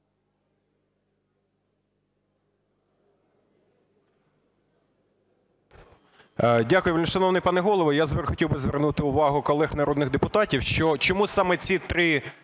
Дякую, вельмишановний пане Голово. Я хотів би звернути увагу колег народних депутатів, що чомусь саме ці три